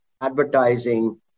advertising